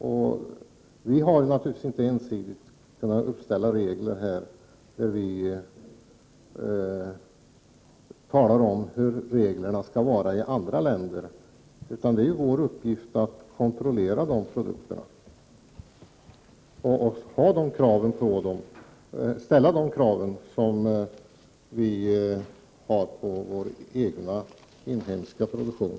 Sverige har naturligtvis inte ensidigt kunnat uppställa regler för andra länder, utan det är vår uppgift att kontrollera de produkter som importeras och ställa de krav på dem som vi har på vår egna, inhemska produktion.